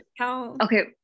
okay